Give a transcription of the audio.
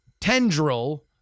tendril